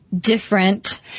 different